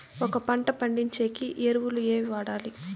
ఒక పంట పండించేకి ఎరువులు ఏవి వాడాలి?